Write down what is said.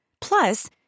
Plus